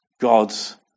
God's